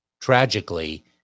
tragically